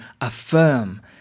affirm